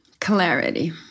clarity